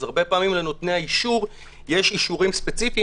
אז הרבה פעמים לנותני האישור יש אישורים ספציפיים.